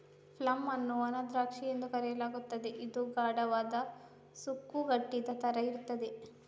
plum ಅನ್ನು ಒಣ ದ್ರಾಕ್ಷಿ ಎಂದು ಕರೆಯಲಾಗುತ್ತಿದ್ದು ಇದು ಗಾಢವಾದ, ಸುಕ್ಕುಗಟ್ಟಿದ ತರ ಇರ್ತದೆ